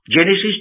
Genesis